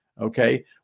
Okay